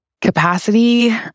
capacity